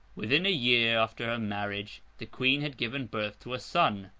within a year after her marriage, the queen had given birth to a son,